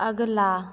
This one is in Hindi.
अगला